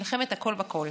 מלחמת הכול בכול: